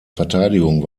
verteidigung